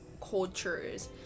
cultures